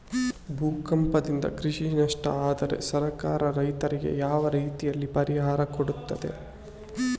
ಭೂಕಂಪದಿಂದ ಕೃಷಿಗೆ ನಷ್ಟ ಆದ್ರೆ ಸರ್ಕಾರ ರೈತರಿಗೆ ಯಾವ ರೀತಿಯಲ್ಲಿ ಪರಿಹಾರ ಕೊಡ್ತದೆ?